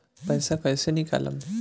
पैसा कैसे निकालम?